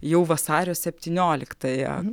jau vasario septynioliktąją